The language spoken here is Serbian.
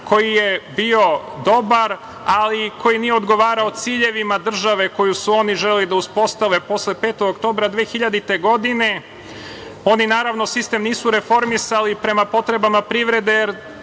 koji je bio dobar, ali koji nije odgovarao ciljevima države koju su oni želeli da uspostave posle 5. oktobra 2000. godine. Oni, naravno, sistem nisu reformisali prema potrebama privrede,